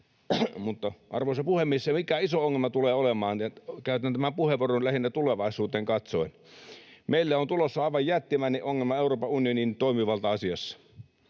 Arvoisa puhemies! Se, mikä tulee olemaan iso ongelma — käytän tämän puheenvuoron lähinnä tulevaisuuteen katsoen — on se, että meille on tulossa aivan jättimäinen ongelma Euroopan unionin toimivalta-asiassa.